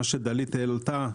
מה שדלית העלתה,